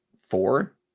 four